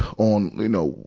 on, you know,